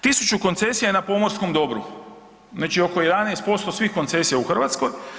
1000 koncesija je na pomorskom dobru, znači oko 11% svih koncesija u Hrvatskoj.